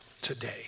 Today